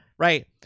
Right